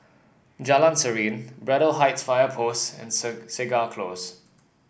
Jalan Serene Braddell Heights Fire Post and Segar Close